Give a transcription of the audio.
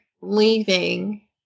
leaving